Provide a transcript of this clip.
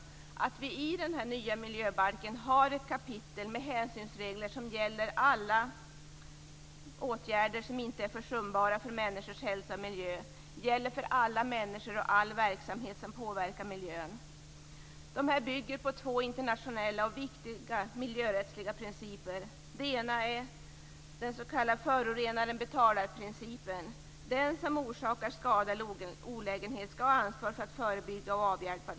I den nya miljöbalken finns ett kapitel med hänsynsregler som gäller alla åtgärder som inte är försumbara för människors hälsa, miljö, regler som gäller för alla människor och all verksamhet som påverkar miljön. Dessa bygger på två internationella och viktiga miljörättsliga principer. Den ena är den s.k. förorenarenbetalar-principen. Den som orsakar skada eller olägenhet skall ansvara för att förebygga eller avhjälpa skadan.